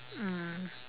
mm